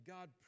God